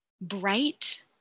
bright